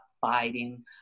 fighting